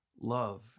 love